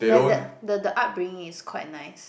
like the the the upbringing is quite nice